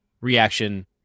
reaction